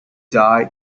dye